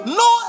no